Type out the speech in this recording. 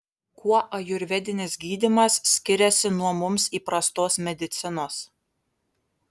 kuo ajurvedinis gydymas skiriasi nuo mums įprastos medicinos